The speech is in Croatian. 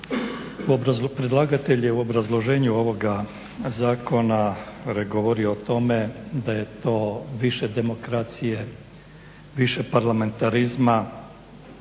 Predlagatelj je u obrazloženju ovoga zakona govorio o tome da je to više demokracije, više parlamentarizma.